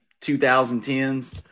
2010s